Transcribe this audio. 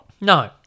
No